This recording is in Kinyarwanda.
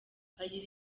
agira